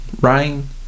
rain